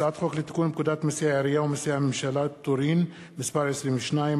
הצעת חוק לתיקון פקודת מסי העירייה ומסי הממשלה (פטורין) (מס' 22),